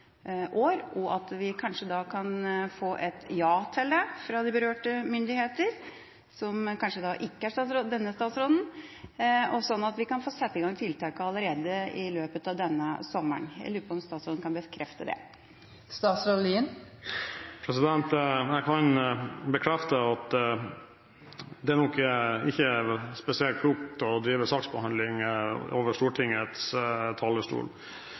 år, og at vi kanskje kan få et ja til dette fra de berørte myndigheter – som kanskje ikke vil være denne statsråden – slik at vi kan få satt i gang tiltakene allerede i løpet av denne sommeren. Jeg lurer på om statsråden kan bekrefte det. Jeg kan bekrefte at det nok ikke er spesielt klokt å drive saksbehandling fra Stortingets talerstol.